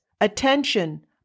attention